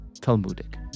Talmudic